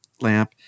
lamp